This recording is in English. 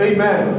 Amen